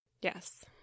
Yes